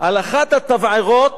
על אחת התבערות